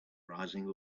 rising